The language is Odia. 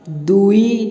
ଦୁଇ